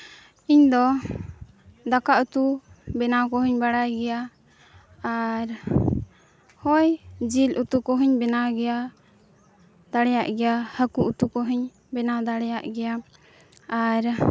ᱤᱧᱫᱚ ᱫᱟᱠᱟ ᱩᱛᱩ ᱵᱮᱱᱟᱣ ᱠᱚᱦᱚᱸᱧ ᱵᱟᱲᱟᱭ ᱜᱮᱭᱟ ᱟᱨ ᱦᱳᱭ ᱡᱤᱞ ᱩᱛᱩ ᱠᱚᱦᱚᱸᱧ ᱵᱮᱱᱟᱣ ᱜᱮᱭᱟ ᱫᱟᱲᱮᱭᱟᱜ ᱜᱮᱭᱟ ᱦᱟᱹᱠᱩ ᱩᱛᱩ ᱠᱚᱦᱚᱸᱧ ᱵᱮᱱᱟᱣ ᱫᱟᱲᱮᱭᱟᱜ ᱜᱮᱭᱟ ᱟᱨ